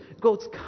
Goats